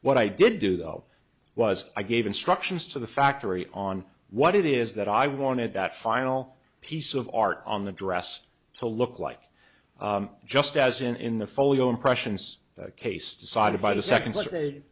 what i did do though was i gave instructions to the factory on what it is that i wanted that final piece of art on the dress to look like just as in in the folio impressions case decided by the second